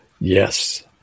Yes